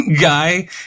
guy